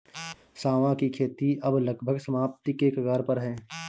सांवा की खेती अब लगभग समाप्ति के कगार पर है